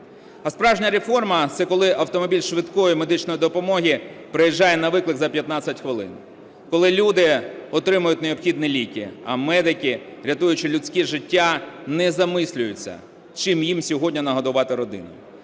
А справжня реформа – це коли автомобіль швидкої медичної допомоги приїжджає на виклик за 15 хвилин, коли люди отримують необхідні ліки, а медики, рятуючи людські життя, не замислюються, чим їм сьогодні нагодувати родину.